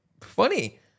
funny